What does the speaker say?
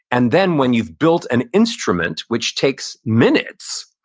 and then, when you've built an instrument, which takes minutes,